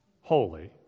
holy